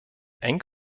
eng